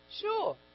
sure